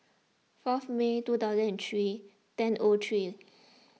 fourth May two thousand and three ten O three